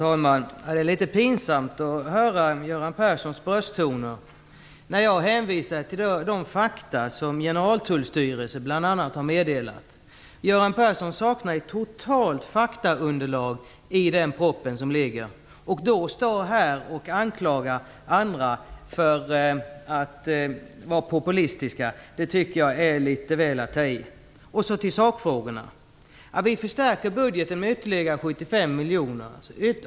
Herr talman! Det är litet pinsamt att höra Göran Perssons brösttoner när jag hänvisar till de fakta som bl.a. Generaltullstyrelsen har meddelat. Göran Persson saknar totalt faktaunderlag i den proposition som ligger. Att då stå här och anklaga andra för att vara populistiska tycker jag är att ta i litet väl mycket. Vi förstärker budgeten med ytterligare 75 miljoner.